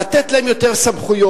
לתת להם יותר סמכויות,